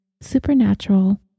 Supernatural